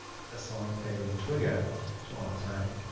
let's assign a trigger to our tag.